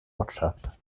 ortschaft